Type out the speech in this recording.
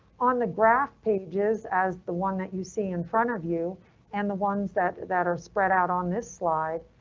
on the graph pages, as the one that you see in front of you and the ones that that are spread out on this slide,